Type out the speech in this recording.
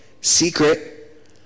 Secret